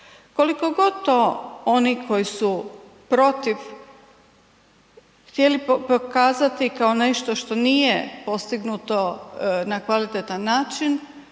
Kliko god to oni koji su protiv htjeli pokazati kao nešto što nije postignuto na kvalitetan način